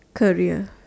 career